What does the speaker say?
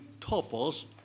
topos